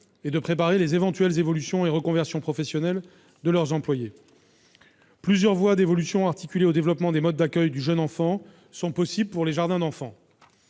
et de préparer les éventuelles évolutions et reconversions professionnelles de leurs employés. Plusieurs voies d'évolution articulées au développement des modes d'accueil du jeune enfant sont possibles pour les jardins d'enfants.